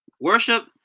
Worship